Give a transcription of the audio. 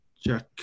jack